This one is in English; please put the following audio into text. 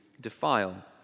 defile